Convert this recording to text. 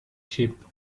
sheep